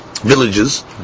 Villages